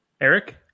Eric